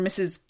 Mrs